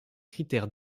critères